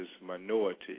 minority